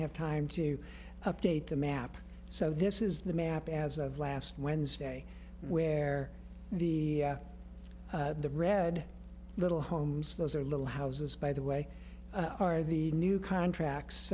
have time to update the map so this is the map as of last wednesday where the the red little homes those are little houses by the way are the new contracts